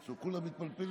עכשיו כולם מתפלפלים.